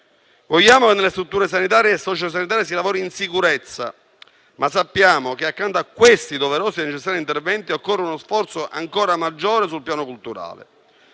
Vogliamo che nelle strutture sanitarie e sociosanitarie si lavori in sicurezza, ma sappiamo che accanto a questi doverosi e necessari interventi occorre uno sforzo ancora maggiore sul piano culturale.